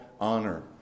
honor